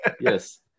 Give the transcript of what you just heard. yes